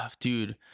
dude